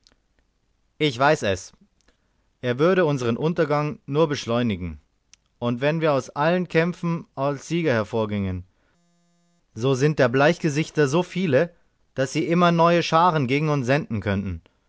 ich weiß es er würde unsern untergang nur beschleunigen und wenn wir aus allen kämpfen als sieger hervorgingen so sind der bleichgesichter so viele daß sie immer neue scharen gegen uns senden könnten